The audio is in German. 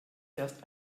erst